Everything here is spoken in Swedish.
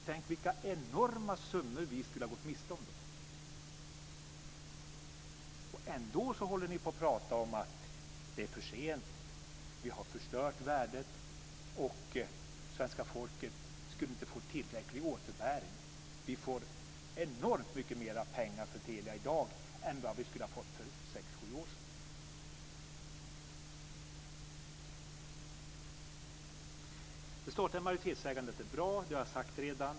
Tänk vilka enorma summor vi skulle ha gått miste om då! Ändå pratar ni om att det är för sent, att vi har förstört värdet och att svenska folket inte ska få tillräcklig återbäring. Vi får enormt mycket mera pengar för Telia i dag än vad vi skulle ha fått för sex sju år sedan. Det står att majoritetsägande är bra, det har jag sagt redan.